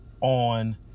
on